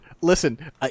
listen